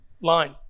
line